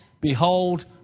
Behold